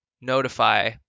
Notify